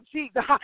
Jesus